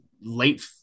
late